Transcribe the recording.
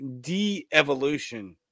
de-evolution